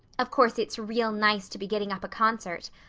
of course it's real nice to be getting up a concert.